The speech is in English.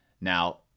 Now